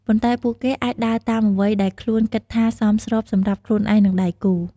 ប៉ុន្តែពួកគេអាចដើរតាមអ្វីដែលខ្លួនគិតថាសមស្របសម្រាប់ខ្លួនឯង និងដៃគូ។